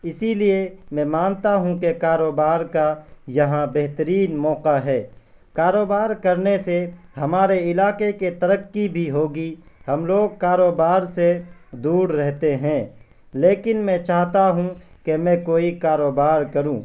اسی لیے میں مانتا ہوں کہ کاروبار کا یہاں بہترین موقع ہے کاروبار کرنے سے ہمارے علاکے کے ترقی بھی ہوگی ہم لوگ کاروبار سے دور رہتے ہیں لیکن میں چاہتا ہوں کہ میں کوئی کاروبار کروں